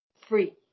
free